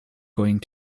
going